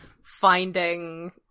Finding